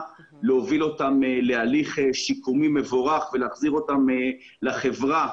להוביל אותם להליך שיקומי מבורך ולהחזיר אותם לחברה